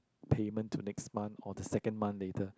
payment to next month or the second month later